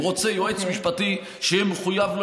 הוא רוצה יועץ משפטי שיהיה מחויב לו,